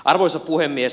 arvoisa puhemies